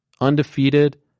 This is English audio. undefeated